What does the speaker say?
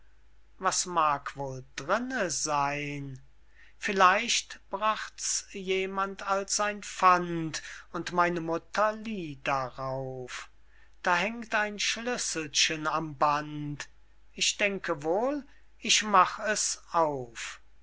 was mag wohl drinne seyn vielleicht bracht's jemand als ein pfand und meine mutter lieh darauf da hängt ein schlüsselchen am band ich denke wohl ich mach es auf